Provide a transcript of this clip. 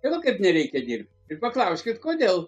o kaip nereikia dirbt ir paklauskit kodėl